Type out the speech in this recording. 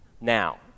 Now